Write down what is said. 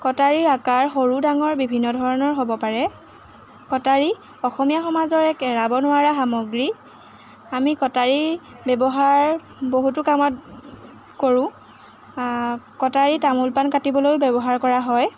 কটাৰীৰ আকাৰ সৰু ডাঙৰ বিভিন্ন ধৰণৰ হ'ব পাৰে কটাৰী অসমীয়া সমাজৰ এক এৰাব নোৱাৰা সামগ্ৰী আমি কটাৰী ব্যৱহাৰ বহুতো কামত কৰোঁ কটাৰী তামোল পান কাটিবলৈও ব্যৱহাৰ কৰা হয়